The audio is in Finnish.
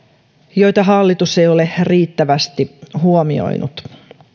joita hallitus ei ole riittävästi huomioinut